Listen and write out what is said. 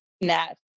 net